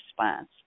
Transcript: response